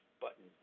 button